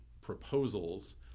proposals